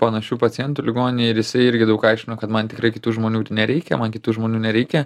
panašiu pacientu ligoninėj ir jisai irgi daug aiškino kad man tikrai kitų žmonių nereikia man kitų žmonių nereikia